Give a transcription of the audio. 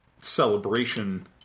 celebration